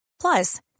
Plus